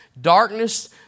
darkness